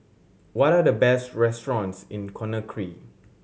what are the best restaurants in Conakry